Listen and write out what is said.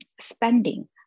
spending